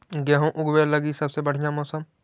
गेहूँ ऊगवे लगी सबसे बढ़िया मौसम?